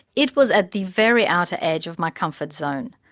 it was at the very outer edge of my comfort zone,